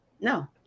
no